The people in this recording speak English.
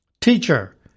Teacher